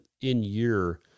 in-year